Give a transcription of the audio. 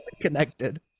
connected